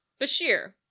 bashir